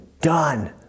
done